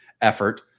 effort